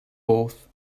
oath